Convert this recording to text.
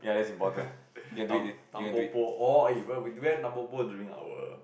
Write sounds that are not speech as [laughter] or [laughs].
[laughs] tam~ Tampopo orh bruh we don't have Tampopo during our